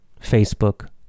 Facebook